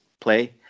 play